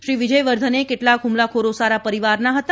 શ્રી વિજય વર્ધને કેટલાક હમલાખોરો સારા પરિવારના હતા